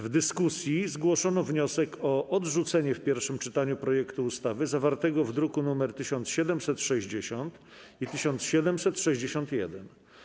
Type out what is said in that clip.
W dyskusji zgłoszono wnioski o odrzucenie w pierwszym czytaniu projektów ustaw zawartych w drukach nr 1760 i 1761.